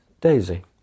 Daisy